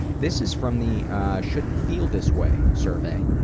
this is from the shouldn't feel this way survey,